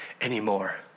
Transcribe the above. anymore